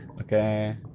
Okay